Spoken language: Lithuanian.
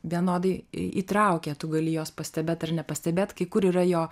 vienodai įtraukia tu gali juos pastebėt ar nepastebėt kai kur yra jo